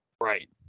Right